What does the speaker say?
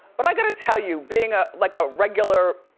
but i gotta tell you, being ah like a regular,